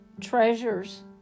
treasures